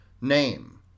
name